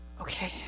Okay